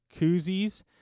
koozies